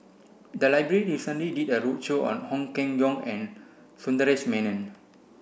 the library recently did a roadshow on Ong Keng Yong and Sundaresh Menon